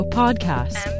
podcast